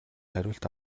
хариулт